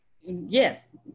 Yes